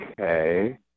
Okay